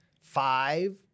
five